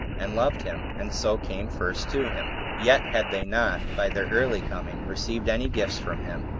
and loved him, and so came first to him yet had they not, by their early coming, received any gifts from him,